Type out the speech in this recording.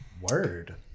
Word